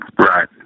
Right